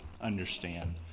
understand